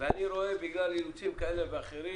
ואני רואה בגלל אילוצים כאלה ואחרים